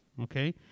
okay